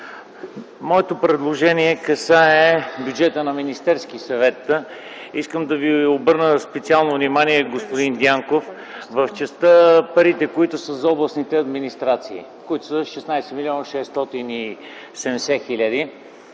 Моето предложение касае бюджета на Министерския съвет. Искам да Ви обърна специално внимание, господин Дянков, парите, които са за областните администрации, които са 16 млн. 670 хил.,